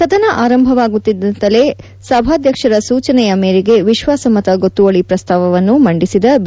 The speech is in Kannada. ಸದನ ಆರಂಭವಾಗುತ್ತಲೇ ಸಭಾಧ್ಯಕ್ಷರ ಸೂಚನೆಯ ಮೇರೆಗೆ ವಿಶ್ವಾಸ ಮತಗೊತ್ತುವಳಿ ಪ್ರಸ್ತಾವವನ್ನು ಮಂಡಿಸಿದ ಬಿ